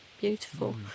beautiful